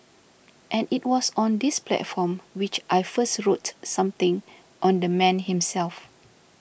and it was on this platform which I first wrote something on the man himself